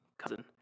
Cousin